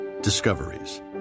Discoveries